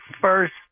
First